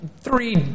three